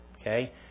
Okay